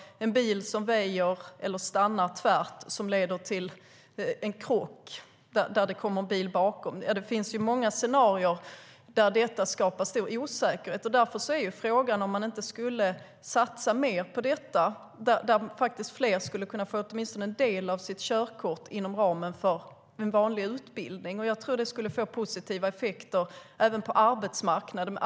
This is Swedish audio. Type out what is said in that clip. En bil som väjer eller stannar tvärt kan leda till en krock där det kommer en bil bakom. Det finns många scenarier där det skapar stor osäkerhet. Därför borde vi satsa mer på att fler får åtminstone en del av sitt körkort inom ramen för en vanlig utbildning. Det skulle även få positiva effekter på arbetsmarknaden.